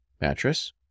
mattress